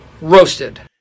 roasted